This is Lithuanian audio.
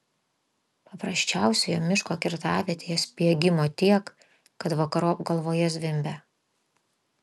paprasčiausioje miško kirtavietėje spiegimo tiek kad vakarop galvoje zvimbia